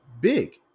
big